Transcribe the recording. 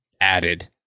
added